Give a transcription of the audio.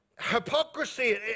hypocrisy